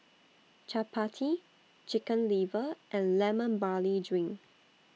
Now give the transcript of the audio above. Chappati Chicken Liver and Lemon Barley Drink